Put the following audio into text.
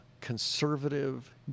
conservative